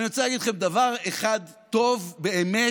אני רוצה להגיד לכם דבר אחד טוב באמת